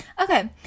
okay